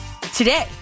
today